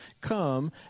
come